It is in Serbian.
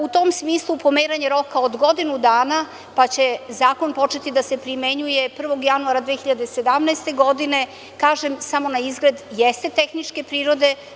U tom smislu, pomeranje roka od godinu dana pa će zakon početi da se primenjuje 1. januara 2017. godine, kažem samo naizgled jeste tehničke prirode.